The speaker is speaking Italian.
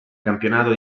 campionato